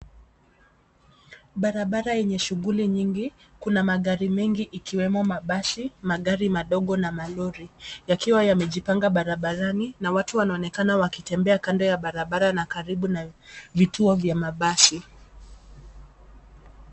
Barabara yenye shughuli nyingi. Kuna magari mengi ikiwemo mabasi, magari madogo na malori yakiwa yamejipanga barabarani na watu wanaonekana wakitembea kando ya barabara na karibu na vituo vya mabasi.